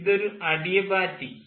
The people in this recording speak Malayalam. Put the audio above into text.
ഇതൊരു അഡിയബാറ്റിക്